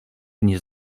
nie